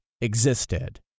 existed